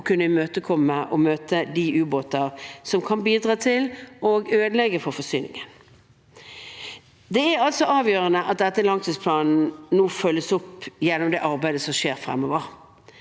og kan imøtekomme og møte de ubåtene som kan bidra til å ødelegge for forsyningen. Det er avgjørende at denne langtidsplanen følges opp gjennom arbeidet som skjer fremover.